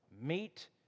meet